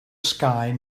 sky